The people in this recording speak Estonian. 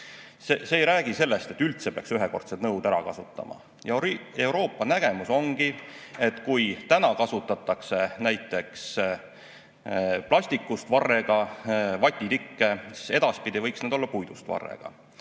See ei räägi sellest, et üldse peaks ühekordsed nõud ära [kaotama]. Euroopa nägemus ongi, et kui täna kasutatakse näiteks plastikust varrega vatitikke, siis edaspidi võiks need olla puidust varrega.